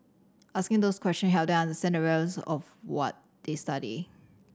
asking those questions helped them understand the relevance of to what they study